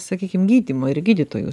sakykim gydymo ir gydytojų